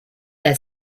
that